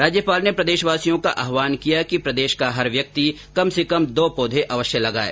राज्यपाल ने प्रदेशवासियों का आह्वान किया कि प्रदेश का हर व्यक्ति कम से कम दो पौघे अवश्य लगाये